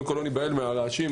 לא להיבהל מהרעשים,